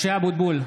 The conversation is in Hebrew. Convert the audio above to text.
(קורא בשמות חברי הכנסת) משה אבוטבול,